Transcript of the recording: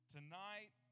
Tonight